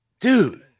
dude